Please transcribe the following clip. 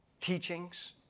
teachings